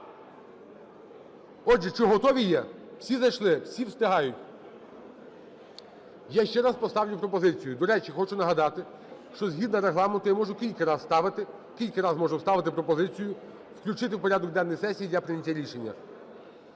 Отже, чи готові є? Всі зайшли? Всі встигають? Я ще раз поставлю пропозицію. до речі, хочу нагадати, згідно Регламенту я можу кілька раз ставити, кілька раз можу ставити пропозицію включити в порядок денний сесії для прийняття рішення.